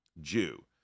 Jew